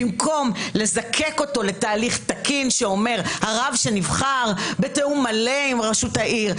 במקום לזקק לתהליך תקין שאומר שהרב שנבחר זה בתיאום מלא עם רשות העיר,